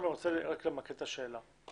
אני רוצה למקד את השאלה.